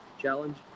challenge